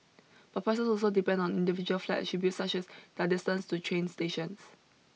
but prices also depend on individual flat attributes such as their distance to train stations